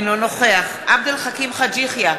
אינו נוכח עבד אל חכים חאג' יחיא,